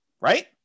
Right